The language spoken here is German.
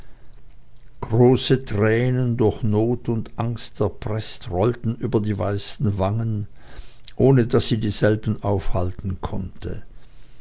große tränen durch not und angst erpreßt rollten über ihre weißen wangen ohne daß sie dieselben aufhalten konnte